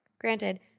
Granted